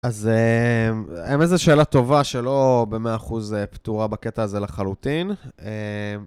אז... האמת שזה שאלה טובה שלא ב-100% פתורה בקטע הזה לחלוטין.